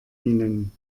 ihnen